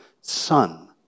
son